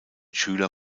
schüler